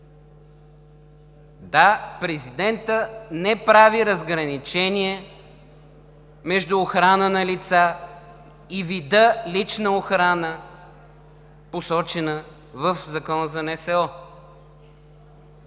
Да, президентът не прави разграничение между охрана на лица и вида на лична охрана, посочена в Закона за НСО.